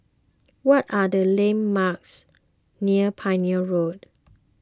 what are the landmarks near Pioneer Road